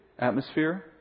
Atmosphere